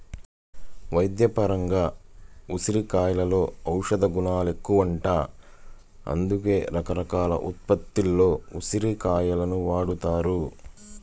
వైద్యపరంగా ఉసిరికలో ఔషధగుణాలెక్కువంట, అందుకే రకరకాల ఉత్పత్తుల్లో ఉసిరి కాయలను వాడతారు